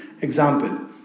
example